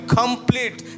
complete